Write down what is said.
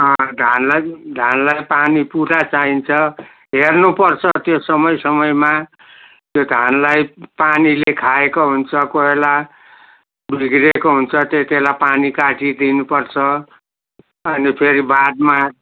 धानलाई धानलाई पानी पुरा चाहिन्छ हेर्नुपर्छ त्यो समय समयमा त्यो धानलाई पानीले खाएको हुन्छ कोही बेला घेरेको हुन्छ त्यति बेला पानी काटिदिनु पर्छ अनि फेरि बादमा